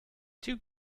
two